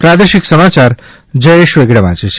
પ્રાદેશિક સમાચાર જયેશ વેગડા વાંચે છે